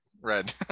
Red